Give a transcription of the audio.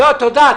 לא, תודה.